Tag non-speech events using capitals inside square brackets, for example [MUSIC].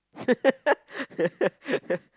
[LAUGHS]